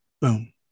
boom